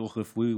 צורך רפואי,